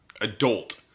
adult